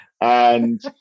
And-